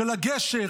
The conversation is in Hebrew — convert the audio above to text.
של הגשר,